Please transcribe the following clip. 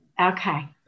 Okay